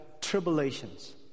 tribulations